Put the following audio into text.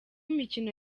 imikino